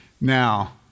Now